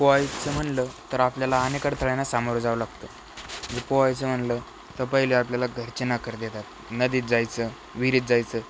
पोहायचं म्हणलं तर आपल्याला अनेक अडथळ्यांना सामोरं जावं लागतं मी पोहायचं म्हणलं तर पहिले आपल्याला घरचे नकार देतात नदीत जायचं विहिरीत जायचं